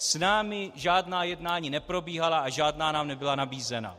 S námi žádná jednání neprobíhala a žádná nám nebyla nabízena.